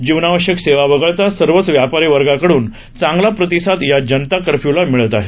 जीवनावश्यक सेवा वगळता सर्वच व्यापारी वर्गाकडून चांगला प्रतिसाद या जनता कर्फ्युला मिळत आहे